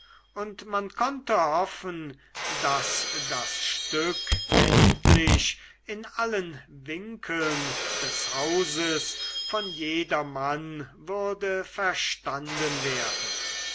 und man konnte hoffen daß das stück endlich in allen winkeln des hauses von jedermann würde verstanden werden